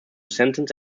sentence